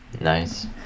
Nice